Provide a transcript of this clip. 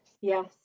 Yes